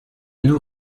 nous